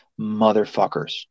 motherfuckers